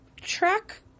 track